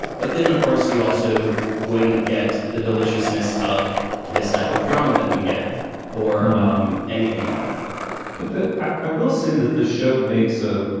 but then, of course, you also wouldn't get the deliciousness of this type of drama that we get or um anything like that but i will say that the show makes a.